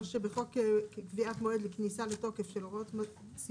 החוק בא ואומר שבאופן מיידי אפשר להתחיל הוראת סימון